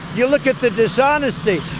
you look at the dishonesty.